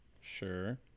sure